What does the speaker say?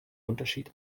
unterschied